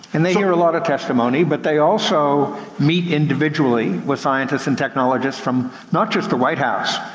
and they hear a lot of testimony, but they also meet individually with scientists and technologists from, not just the white house,